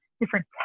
different